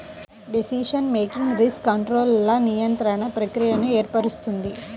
decision making risk కంట్రోల్ల నిరంతర ప్రక్రియను ఏర్పరుస్తుంది